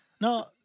No